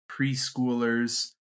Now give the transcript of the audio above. preschoolers